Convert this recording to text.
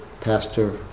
Pastor